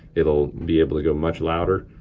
it'll be able to go much louder.